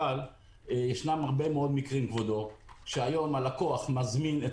אבל יש הרבה מקרים שהיום הלקוח מזמין את